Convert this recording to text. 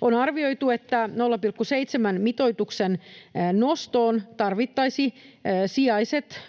On arvioitu, että 0,7-mitoitukseen nostoon tarvittaisiin, sijaiset